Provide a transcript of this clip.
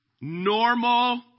normal